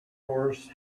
horse